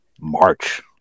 March